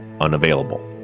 unavailable